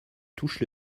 touche